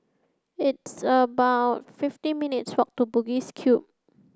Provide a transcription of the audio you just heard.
it's about fifty minutes' walk to Bugis Cube